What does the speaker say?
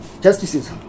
Justices